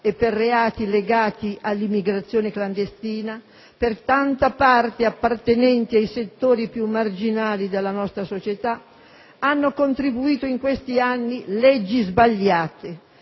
e per reati legati all'immigrazione clandestina, per tanta parte appartenenti ai settori più marginali della nostra società, hanno contribuito in questi anni leggi sbagliate,